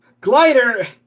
Glider